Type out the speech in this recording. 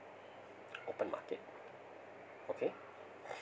open market okay